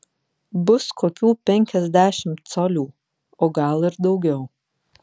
bus kokių penkiasdešimt colių o gal ir daugiau